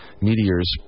meteors